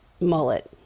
mullet